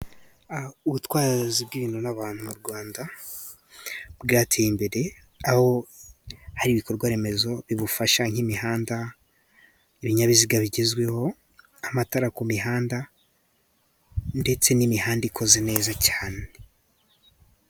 Ubutwazi bw'ibintu n'abantu mu Rwanda, bwateye imbere aho hari ibikorwaremezo bibufasha nk'imihanda, ibinyabiziga bigezweho, amatara ku mihanda ndetse n'imihanda ikoze neza cyane.